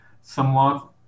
somewhat